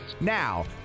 now